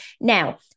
now